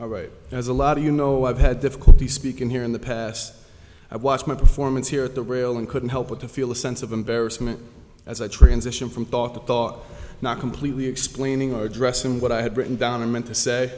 junior right as a lot of you know i've had difficulty speaking here in the past i watched my performance here at the rail and couldn't help but to feel a sense of embarrassment as i transition from thought to thought not completely explaining or addressing what i had written down and meant to say